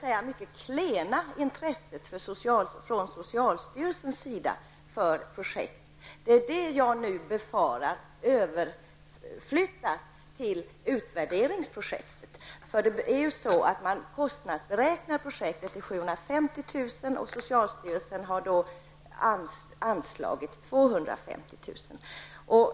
Detta klena intresse från socialstyrelsens sida för projektet befarar jag skall överflyttas till utvärderingsprojektet. Projektet kostnadsberäknades till 750 000 kr. Socialstyrelsen anslog 250 000 kr.